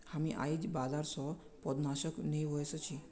हामी आईझ बाजार स पौधनाशक ने व स छि